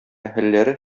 әһелләре